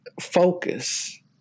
focus